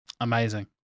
Amazing